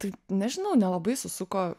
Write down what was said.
tai nežinau nelabai susuko